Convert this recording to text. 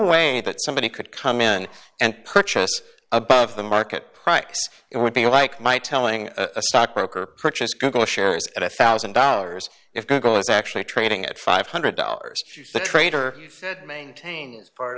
way that somebody could come in and purchase above the market price it would be like my telling a stock broker purchase google shares at a one thousand dollars if google is actually trading at five hundred dollars the trader maintains part